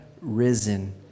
risen